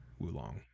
Wulong